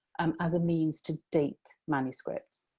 um as a means to date manuscripts.